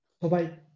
Bye-bye